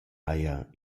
haja